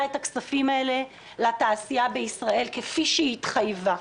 את הכספים האלה לתעשייה בישראל כפי שהיא התחייבה.